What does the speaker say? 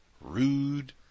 rude